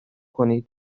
کنید